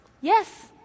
Yes